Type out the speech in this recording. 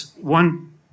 one